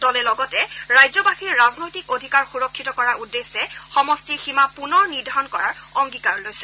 দলে লগতে ৰাজ্যবাসীৰ ৰাজনৈতিক অধিকাৰ সুৰক্ষিত কৰাৰ উদ্দেশ্যে সমষ্টিৰ সীমা পুনৰ নিৰ্ধাৰণ কৰাৰ অংগীকাৰ লৈছে